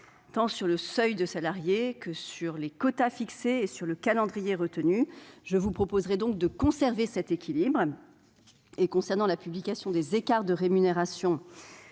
dans le texte que sur les quotas fixés et le calendrier retenu. Je vous proposerai donc de conserver cet équilibre. Concernant la publication des écarts de rémunération